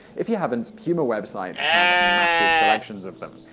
if you haven't, humor websites have massive collections of them.